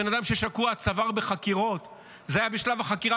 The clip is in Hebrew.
"בן אדם ששקוע עד צוואר בחקירות" זה היה בשלב החקירה,